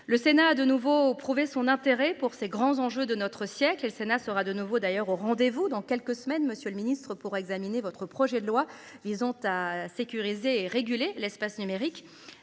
Le Sénat a de nouveau prouvé son intérêt pour ces grands enjeux de notre siècle et le Sénat sera de nouveau d'ailleurs au rendez-vous dans quelques semaines, Monsieur le Ministre pour examiner votre projet de loi visant à sécuriser et réguler l'espace numérique.